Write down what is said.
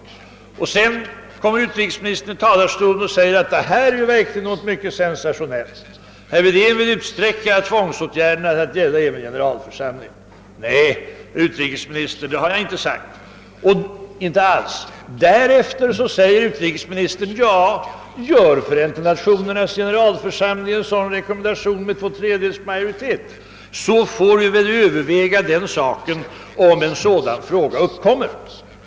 Därefter förklarade emellertid utrikesministern ändå från talarstolen att detta verkligen var något sensationellt — herr Wedén vill utsträcka tvångsåtgärderna till att gälla även beslut som fattas av generalförsamlingen! Nej, herr utrikesminister, det har jag inte alls sagt. Och därpå säger utrikesministern att vi, om generalförsamlingen verkligen gör en sådan deklaration med 2/3 majoritet, får ta upp saken till övervägande. Det var innebörden i hans uttalande.